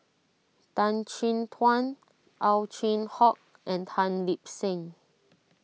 Tan Chin Tuan Ow Chin Hock and Tan Lip Seng